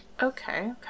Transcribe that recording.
Okay